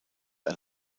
ein